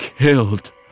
killed